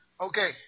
Okay